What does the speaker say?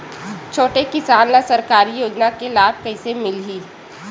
छोटे किसान ला सरकारी योजना के लाभ कइसे मिलही?